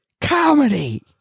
comedy